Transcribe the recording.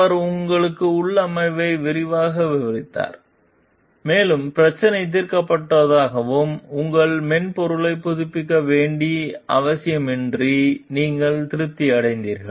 அவர் உங்களுக்கு உள்ளமைவை விரிவாக விவரித்தார் மேலும் பிரச்சினை தீர்க்கப்பட்டதாகவும் உங்கள் மென்பொருளைப் புதுப்பிக்க வேண்டிய அவசியமின்றி நீங்கள் திருப்தி அடைந்தீர்கள்